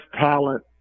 talent